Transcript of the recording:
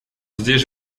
здесь